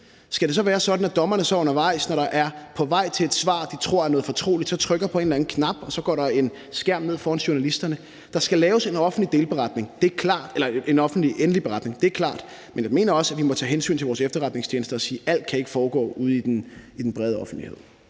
Skal det så være sådan, at dommerne undervejs, når de pågældende er på vej med et svar, dommerne tror er noget fortroligt, så trykker på en eller anden knap, og så går der en skærm ned foran journalisterne? Der skal laves en offentlig, endelig beretning; det er klart, men jeg mener også, at vi må tage hensyn til vores efterretningstjenester og sige, at alt ikke kan foregå ude i den brede offentlighed.